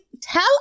tell